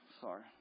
Sorry